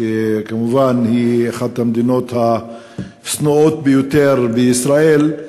שכמובן, היא אחת המדינות השנואות ביותר בישראל,